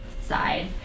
side